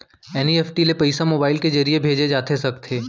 NEFT ले पइसा mobile के ज़रिए भेजे जाथे सकथे?